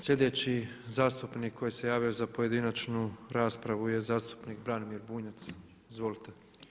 Sljedeći zastupnik koji se javio za pojedinačnu raspravu je zastupnik Branimir Bunjac, izvolite.